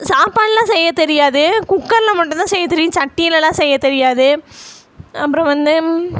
சாப்பாடெலாம் செய்யத்தெரியாது குக்கரில் மட்டும்தான் செய்யத்தெரியும் சட்டிலெல்லாம் செய்யத்தெரியாது அப்புறோம் வந்து